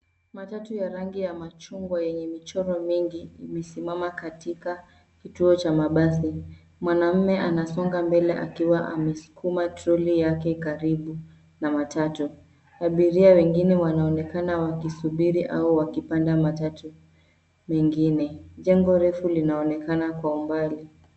Matatu ya rangi ya machungwa yenye imechorwa mengi imesimama katika kituo cha mabasi. Mwanaume anasonga mbele akiwa ameskuma troli yake karibu na matatu. Abiria wengine wanaonekana wakisubiri au wakipanda matatu mengine. Jengo refu linaonekana kwa umbali